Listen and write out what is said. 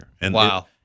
Wow